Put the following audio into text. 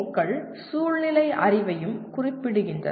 க்கள் சூழ்நிலை அறிவையும் குறிப்பிடுகின்றன